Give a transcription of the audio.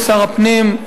שר הפנים,